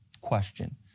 question